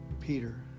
Peter